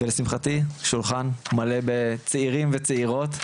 לשמחתי השולחן מלא בצעירים וצעירות,